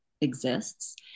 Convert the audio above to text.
exists